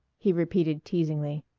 he repeated teasingly.